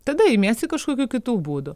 tada imiesi kažkokių kitų būdų